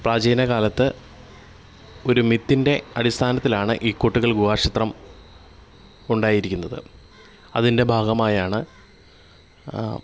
പ്രാചീനകാലത്ത് ഒരു മിത്തിൻ്റെ അടിസ്ഥാനത്തിലാണ് ഈ കൂട്ടുകൽ ഗുഹാക്ഷേത്രം ഉണ്ടായിരിക്കുന്നത് അതിൻ്റെ ഭാഗമായാണ്